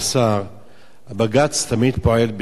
בג"ץ תמיד פועל בהיעדר החלטת ממשלה.